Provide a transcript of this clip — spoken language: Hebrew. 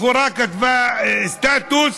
בחורה כתבה סטטוס,